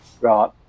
right